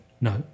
no